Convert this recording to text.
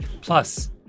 Plus